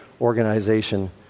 organization